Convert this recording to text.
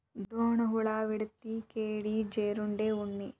ಡೋಣ ಹುಳಾ, ವಿಡತಿ, ಕೇಡಿ, ಜೇರುಂಡೆ, ಉಣ್ಣಿ